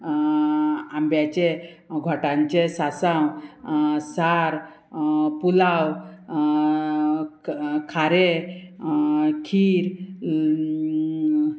आंब्याचे घोटांचे सासाव सार पुलाव खारे खीर